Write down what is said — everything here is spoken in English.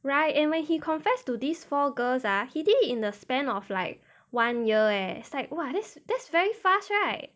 right and why he confessed to these four girls are hidden in the span of like one year leh like !wah! that's that's very fast right